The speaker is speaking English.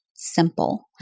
simple